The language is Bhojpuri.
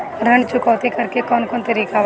ऋण चुकौती करेके कौन कोन तरीका बा?